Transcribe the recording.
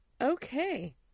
Okay